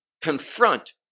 confront